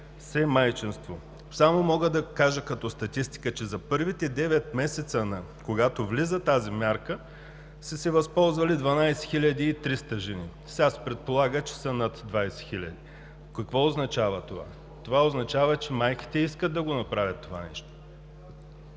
се майчинство. Само мога да кажа като статистика, че за първите девет месеца, когато влиза тази мярка, са се възползвали 12 300 жени. Сега се предполага, че са над 20 000. Какво означава това? Това означава, че майките искат да го направят това нещо.